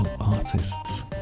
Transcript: artists